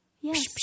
Yes